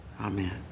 Amen